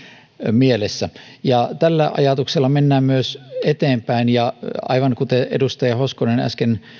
mielessä ja tällä ajatuksella mennään myös eteenpäin ja aivan kuten edustaja hoskonen äsken